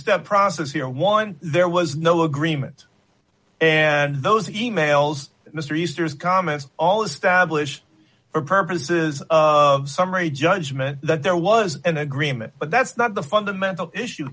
step process here one there was no agreement and those e mails mr easters comments all establish for purposes of summary judgment that there was an agreement but that's not the fundamental issue